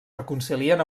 reconcilien